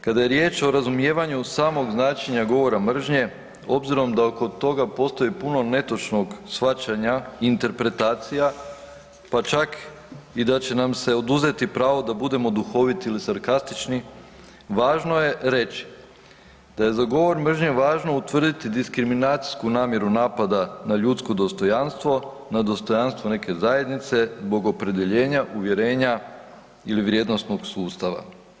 Kada je riječ o razumijevanju samog značenja govora mržnje obzirom da oko toga postoji puno netočnog shvaćanja interpretacija pa čak i da će nam se oduzeti pravo da budemo duhoviti ili sarkastični važno je reći da je za govor mržnje važno utvrditi diskriminacijsku namjeru napada na ljudsko dostojanstvo, na dostojanstvo neke zajednice zbog opredjeljenja, uvjerenja ili vrijednosnog sustava.